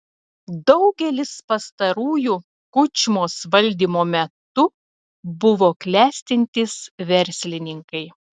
daugelis pastarųjų kučmos valdymo metu buvo klestintys verslininkai